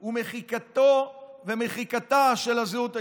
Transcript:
הוא מחיקתה של הזהות היהודית.